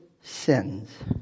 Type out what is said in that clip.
sins